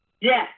yes